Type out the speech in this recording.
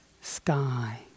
sky